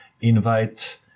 invite